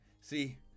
See